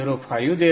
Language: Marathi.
05 देतो